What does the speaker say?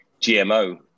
GMO